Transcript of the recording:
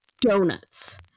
donuts